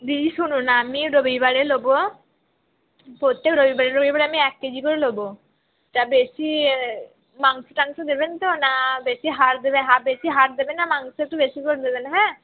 দিদি শুনুন আমি রবিবারে নেব প্রত্যেক রবিবারে রবিবারে আমি এক কেজি করে নেব তা বেশি মাংস টাংস দেবেন তো না বেশি হাড় দেবে বেশি হাড় দেবেন না মাংস একটু বেশি করে দেবেন হ্যাঁ